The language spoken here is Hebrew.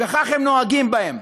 וכך נוהגים בהם.